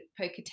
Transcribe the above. poker